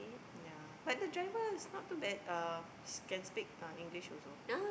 ya but the driver is not too bad um can speak uh English also